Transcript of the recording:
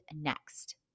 next